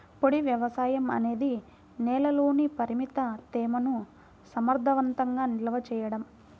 పొడి వ్యవసాయం అనేది నేలలోని పరిమిత తేమను సమర్థవంతంగా నిల్వ చేయడం